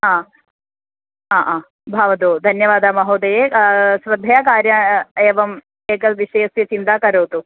हा हा हा भवतु धन्यवादः महोदये श्रद्धया कार्यम् एवम् एतद्विषयस्य चिन्ता करोतु